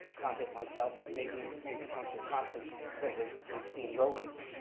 contact myself, maybe and maybe councillor thomson because they've they've seen rodents,